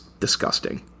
disgusting